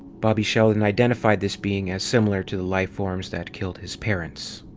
bobby sheldon identified this being as similar to the life forms that killed his parents.